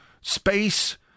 space